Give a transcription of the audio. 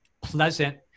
pleasant